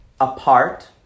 apart